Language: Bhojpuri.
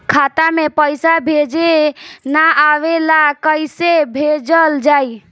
खाता में पईसा भेजे ना आवेला कईसे भेजल जाई?